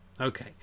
Okay